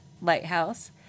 Lighthouse